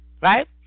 right